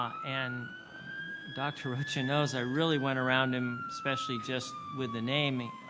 and dr. rocha knows, i really went around and especially just with a name,